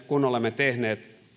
kun olemme tehneet